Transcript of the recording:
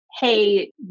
hey